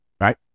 right